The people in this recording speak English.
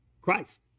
Christ